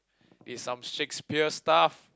is some Shakespeare stuff